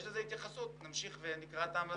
נמשיך ונגיע לכך.